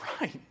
right